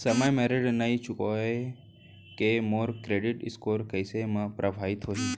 समय म ऋण नई चुकोय से मोर क्रेडिट स्कोर कइसे म प्रभावित होही?